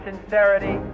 sincerity